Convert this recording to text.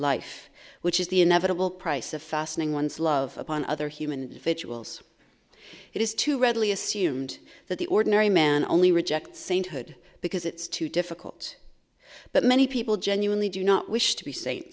life which is the inevitable price of fastening one's love on other human vigils it is too readily assumed that the ordinary man only rejects sainthood because it's too difficult but many people genuinely do not wish to be sa